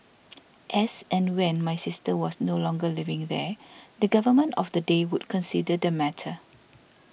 as and when my sister was no longer living there the Government of the day would consider the matter